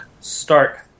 Start